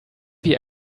wie